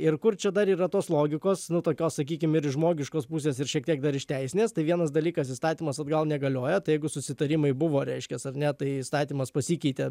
ir kur čia dar yra tos logikos nu tokios sakykim ir žmogiškos pusės ir šiek tiek dar iš teisinės tai vienas dalykas įstatymas atgal negalioja tai jeigu susitarimai buvo reiškias ar ne tai įstatymas pasikeitė